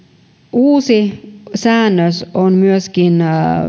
uusi säännös on myöskin